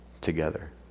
together